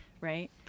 Right